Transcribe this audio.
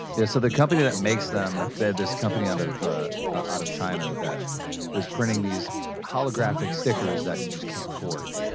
yeah, so the company that makes them, they're this company out of out of china that was printing these holographic stickers that you just can't forge.